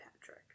Patrick